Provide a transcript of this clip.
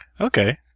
Okay